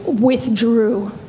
withdrew